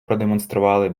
продемонстрували